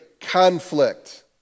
conflict